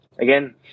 again